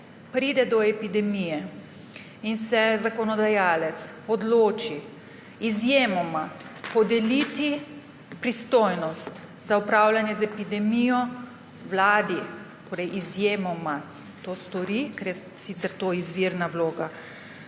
pride do epidemije in se zakonodajalec odloči izjemoma podeliti pristojnost za upravljanje z epidemijo Vladi, izjemoma to stori, ker je sicer to izvirna vloga